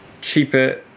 cheaper